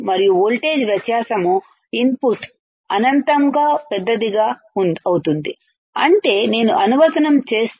మరియు వోల్టేజ్ వ్యత్యాసం ఇన్పుట్ అనంతంగా పెద్దది అవుతుంది అంటే నేను అనువర్తనం చేస్తే